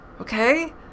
Okay